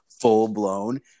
full-blown